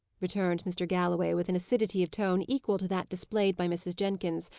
returned mr. galloway, with an acidity of tone equal to that displayed by mrs. jenkins,